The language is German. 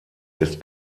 ist